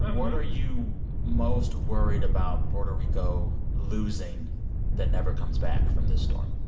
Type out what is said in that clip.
what are you most worried about puerto rico losing that never comes back from this storm?